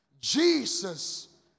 Jesus